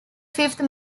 fifth